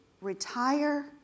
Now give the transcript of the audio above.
retire